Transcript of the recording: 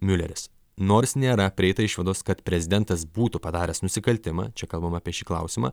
miuleris nors nėra prieita išvados kad prezidentas būtų padaręs nusikaltimą čia kalbam apie šį klausimą